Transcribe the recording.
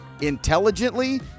Intelligently